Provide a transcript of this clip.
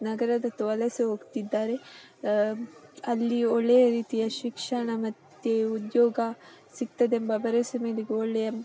ನಗರದತ್ತ ವಲಸೆ ಹೋಗ್ತಿದ್ದಾರೆ ಅಲ್ಲಿ ಒಳ್ಳೆಯ ರೀತಿಯ ಶಿಕ್ಷಣ ಮತ್ತೆ ಉದ್ಯೋಗ ಸಿಗ್ತದೆ ಎಂಬ ಭರವಸೆ ಮೇಲೆಗೆ ಒಳ್ಳೆಯ